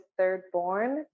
Thirdborn